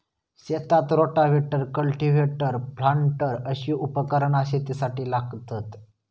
शेतात rotavator, cultivator, planter अशी उपकरणा शेतीसाठी लागतत